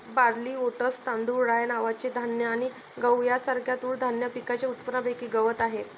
barley, oats, तांदूळ, rye नावाचे धान्य आणि गहू यांसारख्या तृणधान्य पिकांच्या उत्पादनापैकी गवत आहे